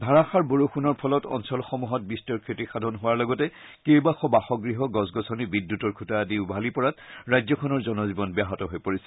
ধাৰাসাৰ বৰষুণৰ ফলত অঞ্চলসমূহত বিস্তৰ ক্ষতিসাধন হোৱাৰ লগতে কেইবাশ বাসগৃহ গছ গছনি বিদ্যুতৰ খুঁটা আদি উভালি পৰাত ৰাজ্যখনৰ জনজীৱন ব্যাহত হৈ পৰিছে